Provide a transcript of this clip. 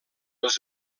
els